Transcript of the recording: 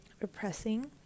repressing